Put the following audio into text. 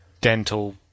dental